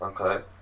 Okay